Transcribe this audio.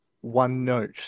one-note